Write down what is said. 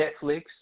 Netflix